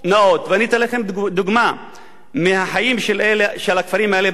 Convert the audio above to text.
אני אתן לכם דוגמה מהחיים של הכפרים האלה בדרום,